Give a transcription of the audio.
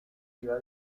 iba